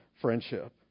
friendship